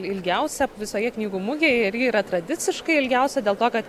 ilgiausia visoje knygų mugėje ir ji yra tradiciškai ilgiausia dėl to kad